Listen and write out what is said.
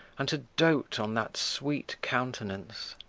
and to dote on that sweet countenance